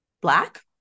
black